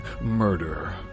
murder